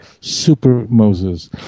super-Moses